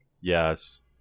Yes